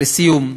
לסיום,